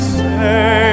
say